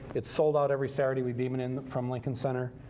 it's sold out. every saturday we beam it in from lincoln center.